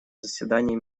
заседании